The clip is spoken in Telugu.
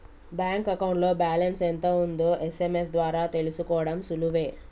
బ్యాంక్ అకౌంట్లో బ్యాలెన్స్ ఎంత ఉందో ఎస్.ఎం.ఎస్ ద్వారా తెలుసుకోడం సులువే